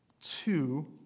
Two